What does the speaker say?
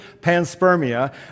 panspermia